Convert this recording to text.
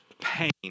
pain